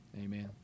Amen